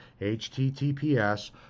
HTTPS